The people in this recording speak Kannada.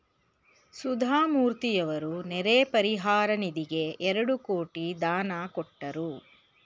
ಸುಧಾಮೂರ್ತಿಯವರು ನೆರೆ ಪರಿಹಾರ ನಿಧಿಗೆ ಎರಡು ಕೋಟಿ ದಾನ ಕೊಟ್ಟರು